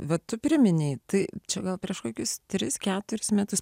va tu priminei tai čia gal prieš kokius tris keturis metus